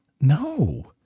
no